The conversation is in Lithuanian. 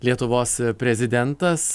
lietuvos prezidentas